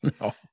No